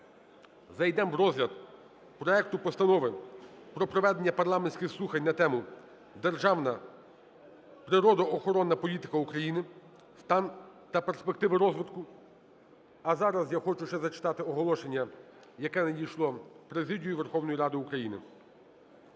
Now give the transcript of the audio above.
зайдемо в розгляд проекту Постанови про проведення парламентських слухань на тему: "Державна природоохоронна політика України: стан та перспективи розвитку". А зараз я хочу ще зачитати оголошення, яке надійшло в президію Верховної Ради України.